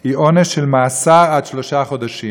הוא עונש מאסר עד שלושה חודשים.